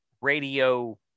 radio